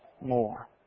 more